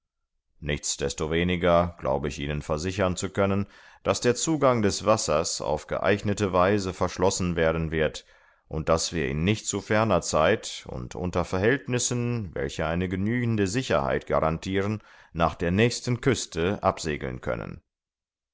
destoweniger glaube ich ihnen versichern zu können daß der zugang des wassers auf geeignete weise verschlossen werden wird und daß wir in nicht zu ferner zeit und unter verhältnissen welche eine genügende sicherheit garantiren nach der nächsten küste absegeln können